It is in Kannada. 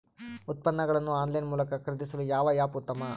ಉತ್ಪನ್ನಗಳನ್ನು ಆನ್ಲೈನ್ ಮೂಲಕ ಖರೇದಿಸಲು ಯಾವ ಆ್ಯಪ್ ಉತ್ತಮ?